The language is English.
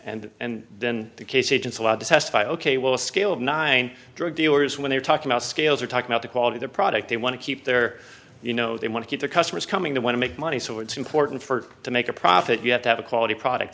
and and then the case agents allowed to testify ok will scale of nine drug dealers when they talk about scales or talk about the quality the product they want to keep their you know they want to keep the customers coming to want to make money so it's important for to make a profit you have to have a quality product